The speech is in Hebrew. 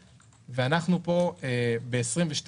וב-2022,